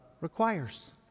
requires